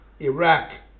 Iraq